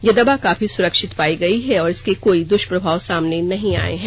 यह दवा काफी सुरक्षित पायी गई है और इसके कोई दृष्प्रभाव सामने नहीं आये हैं